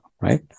right